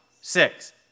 Six